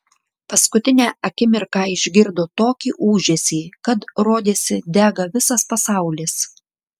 paskutinę akimirką išgirdo tokį ūžesį kad rodėsi dega visas pasaulis